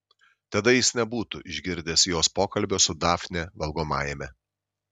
tada jis nebūtų išgirdęs jos pokalbio su dafne valgomajame